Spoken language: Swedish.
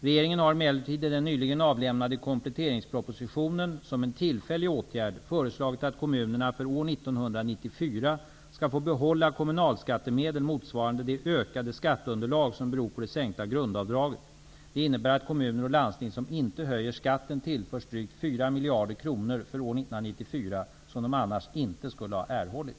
Regeringen har emellertid i den nyligen avlämnade kompletteringspropositionen, som en tillfällig åtgärd, föreslagit att kommunerna för år 1994 skall få behålla kommunalskattemedel motsvarande det ökade skatteunderlag som beror på det sänkta grundavdraget. Det innebär att kommuner och landsting som inte höjer skatten tillförs drygt 4 miljarder kronor för år 1994 som de annars inte skulle ha erhållit.